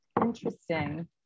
interesting